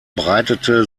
breitete